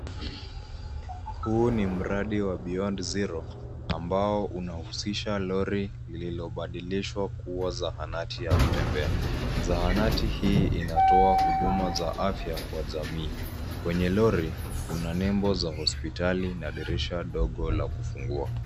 Huu ni mradi wa beyond zero ambao unahusisha lori lililobadilishwa kuwa zahanati ya kutembea, zahanati hii inatoa huduma za afya kwa jamii, kwenye lori kuna nembo za hospitali na dirisha dogo la kufungua.